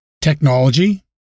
technology